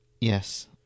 Yes